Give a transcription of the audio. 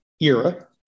era